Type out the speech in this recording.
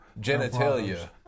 Genitalia